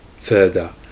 Further